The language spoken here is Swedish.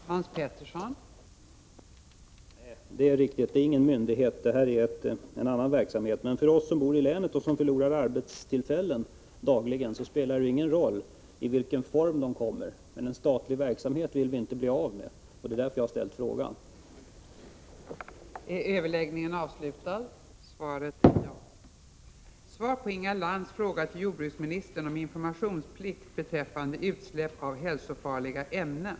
Fru talman! Det är riktigt att det här inte är fråga om någon myndighet — det gäller annan verksamhet. Men för oss som bor i länet och dagligen förlorar arbetstillfällen spelar det ingen roll vilken form dessa arbetstillfällen har. Någon statlig verksamhet vill vi inte bli av med. Det är därför jag har ställt frågan.